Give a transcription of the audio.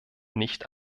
nicht